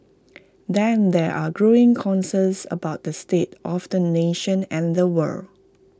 then there are growing concerns about the state of the nation and the world